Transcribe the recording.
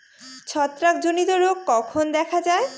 ছত্রাক জনিত রোগ কখন দেখা য়ায়?